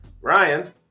Ryan